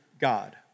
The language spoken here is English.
God